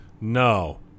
No